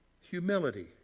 humility